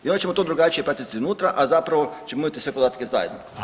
I onda ćemo drugačije to pratiti unutra, a zapravo ćemo imati sve podatke zajedno.